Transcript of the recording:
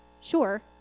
Sure